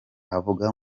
aravuga